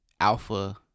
Alpha